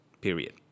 period